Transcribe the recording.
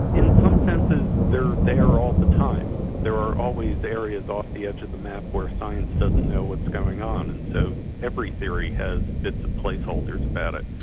in some senses, they're there all the time. there are always areas off the edge of the map where science doesn't know what's going on and so every theory has bits of placeholders about it.